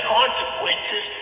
consequences